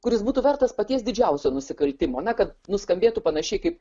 kuris būtų vertas paties didžiausio nusikaltimo na kad nuskambėtų panašiai kaip